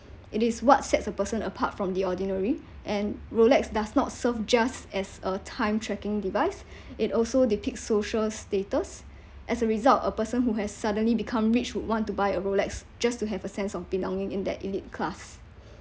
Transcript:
it is what sets a person apart from the ordinary and Rolex does not serve just as a time tracking device it also they pick social status as a result a person who has suddenly become rich would want to buy a Rolex just to have a sense of belonging in that elite class